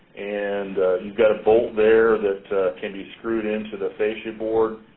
and you've got a bolt there that can be screwed into the fascia board.